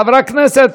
חבר הכנסת,